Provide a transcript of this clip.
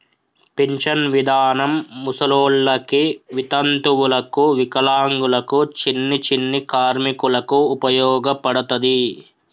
pension విధానం ముసలోళ్ళకి వితంతువులకు వికలాంగులకు చిన్ని చిన్ని కార్మికులకు ఉపయోగపడతది